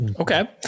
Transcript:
Okay